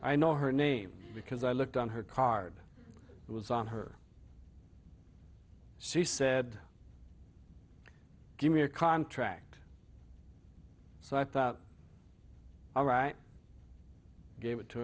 i know her name because i looked on her card that was on her she said give me a contract so i thought all right gave it to